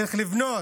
צריך לבנות,